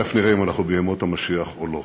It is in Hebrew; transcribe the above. תכף נראה אם אנחנו בימות המשיח או לא.